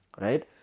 Right